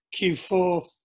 Q4